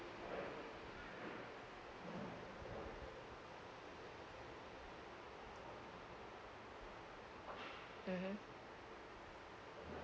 mmhmm